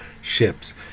ships